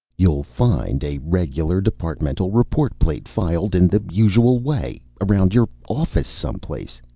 you'll find a regular departmental report plate filed in the usual way, around your office someplace.